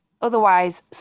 otherwise